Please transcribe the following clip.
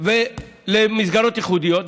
למסגרות ייחודיות.